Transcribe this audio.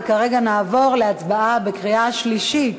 ונעבור להצבעה בקריאה שלישית.